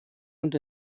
und